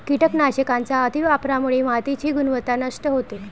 कीटकनाशकांच्या अतिवापरामुळे मातीची गुणवत्ता नष्ट होते